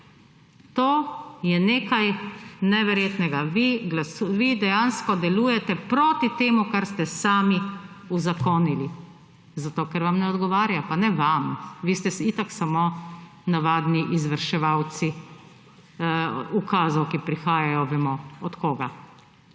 to je nekaj neverjetnega. Vi dejansko delujete proti temu kar ste sami uzakonili, zato ker vam ne odgovarja. Pa ne vam, vi ste itak samo navadni izvrševalci ukazov, ki prihajajo. Vemo od koga.